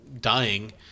dying